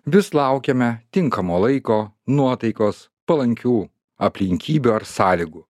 vis laukiame tinkamo laiko nuotaikos palankių aplinkybių ar sąlygų